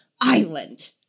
island